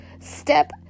step